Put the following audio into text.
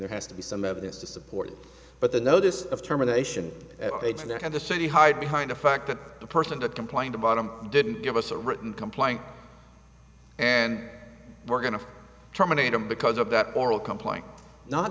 there has to be some evidence to support it but the notice of terminations there and the city hide behind a fact that the person that complained about them didn't give us a written complaint and we're going to terminate them because of that oral complaint not